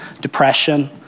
depression